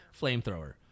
flamethrower